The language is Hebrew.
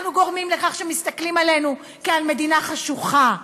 אנחנו גורמים לכך שמסתכלים עלינו כעל מדינה חשוכה.